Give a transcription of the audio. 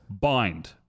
Bind